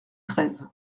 treize